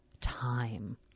time